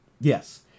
Yes